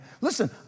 Listen